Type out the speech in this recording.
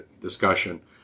discussion